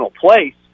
place